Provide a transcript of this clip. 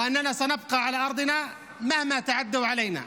ושנישאר על אדמתנו, לא משנה כמה יתקפו אותנו.